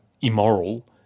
immoral